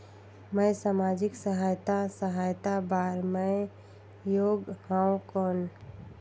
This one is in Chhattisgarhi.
मैं समाजिक सहायता सहायता बार मैं योग हवं कौन?